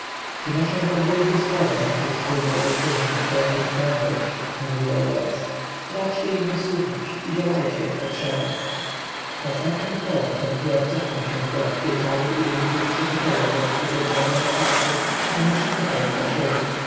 przynoszę wam wielkie słowa z naszej wspólnej ojczyzny którą jest mądrość mówił beroes raczcie ich wysłuchać i działajcie jak potrzeba na znak herhora pentuer cofnął się w głąb pieczary i wyniósł trzy fotele z lekkiego drzewa dla starszych a niski taboret dla siebie